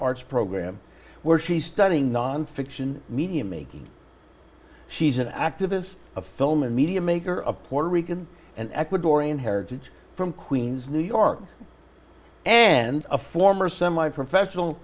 arts program where she's studying nonfiction media making she's an activist a film and media maker of puerto rican and ecuadorian heritage from queens new york and a former semiprofessional